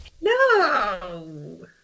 No